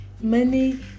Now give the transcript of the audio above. Money